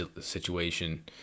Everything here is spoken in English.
situation